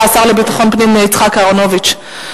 השר לביטחון פנים יצחק אהרונוביץ.